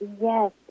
Yes